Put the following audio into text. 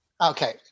Okay